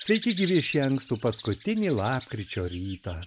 sveiki gyvi šį ankstų paskutinį lapkričio rytą